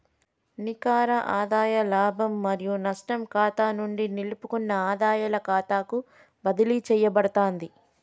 నికర ఆదాయ లాభం మరియు నష్టం ఖాతా నుండి నిలుపుకున్న ఆదాయాల ఖాతాకు బదిలీ చేయబడతాంది